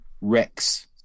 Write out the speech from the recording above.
rex